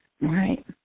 Right